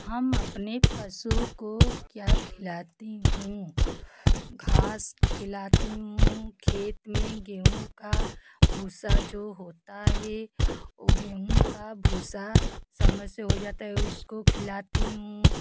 हम अपने पशु को क्या खिलाते हैं घास खिलाती हूँ खेत में गेहूँ का भूसा जो होता है वह गेहूँ का भूसा समय से हो जाता है उसको खिलाती हूँ